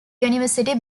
university